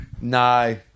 No